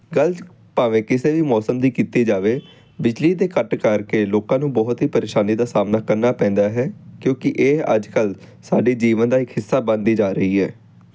ਗੱਲ ਭਾਵੇਂ ਕਿਸੇ ਵੀ ਮੌਸਮ ਦੀ ਕੀਤੀ ਜਾਵੇ ਬਿਜਲੀ ਦੇ ਕੱਟ ਕਰਕੇ ਲੋਕਾਂ ਨੂੰ ਬਹੁਤ ਹੀ ਪਰੇਸ਼ਾਨੀ ਦਾ ਸਾਹਮਣਾ ਕਰਨਾ ਪੈਂਦਾ ਹੈ ਕਿਉਂਕਿ ਇਹ ਅੱਜ ਕੱਲ੍ਹ ਸਾਡੇ ਜੀਵਨ ਦਾ ਇੱਕ ਹਿੱਸਾ ਬਣਦੀ ਜਾ ਰਹੀ ਹੈ